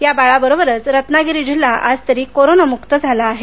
या बाळाबरोबरच रत्नागिरी जिल्हा आज तरी कोरोनामुक्त झाला आहे